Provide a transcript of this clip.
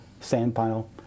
sandpile